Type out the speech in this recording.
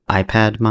iPad